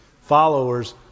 Followers